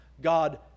God